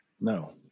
No